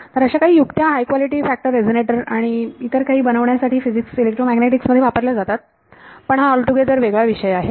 तर अशा काही युक्त्या हाय क्वालिटी फॅक्टर रेझोनेटर आणि इतर काही बनवण्यासाठी फिजिक्स इलेक्ट्रोमॅग्नेटिक्स मध्ये वापरल्या जातात परंतु हा एक वेगळा विषय आहे